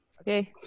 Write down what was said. Okay